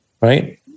Right